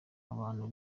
abantu